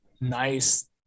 nice